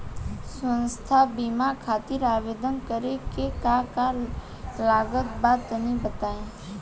स्वास्थ्य बीमा खातिर आवेदन करे मे का का लागत बा तनि बताई?